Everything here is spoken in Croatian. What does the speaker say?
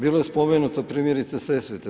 Bilo je spomenuto primjerice Sesvete.